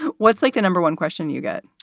what's like the number one question you got?